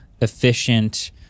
efficient